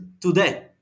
today